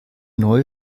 neue